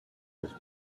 was